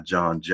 John